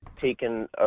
taken